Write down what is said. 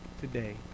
today